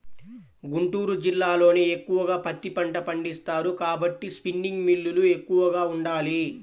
గుంటూరు జిల్లాలోనే ఎక్కువగా పత్తి పంట పండిస్తారు కాబట్టి స్పిన్నింగ్ మిల్లులు ఎక్కువగా ఉండాలి